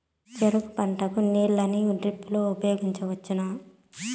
చెరుకు పంట కు నీళ్ళని డ్రిప్ లో ఉపయోగించువచ్చునా?